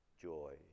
joy